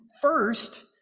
first